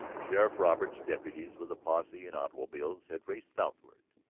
sheriff roberts's deputies with a posse in automobiles had raced southward,